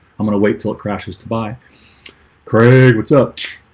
i'm gonna wait till it crashes to buy cray what's up?